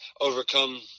overcome